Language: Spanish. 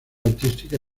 artística